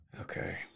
Okay